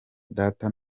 data